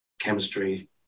chemistry